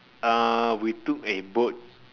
uh we took a boat